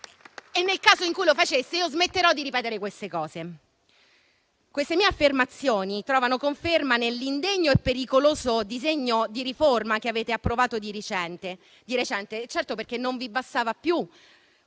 nel caso in cui lo faceste, smetterei di ripetere queste cose). Queste mie affermazioni trovano conferma nell'indegno e pericoloso disegno di riforma che avete approvato di recente. Certo, perché non vi bastava più